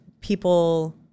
people